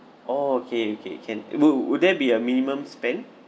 oh okay okay can wou~ would there be a minimum spend